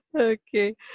Okay